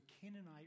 Canaanite